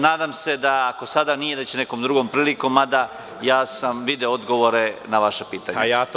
nadam se da ako sada nije da će nekom drugom prilikom, mada ja sam video odgovore na vaša pitanja.